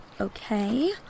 Okay